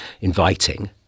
inviting